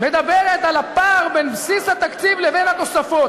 מדברת על הפער בין בסיס התקציב לבין התוספות.